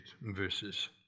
verses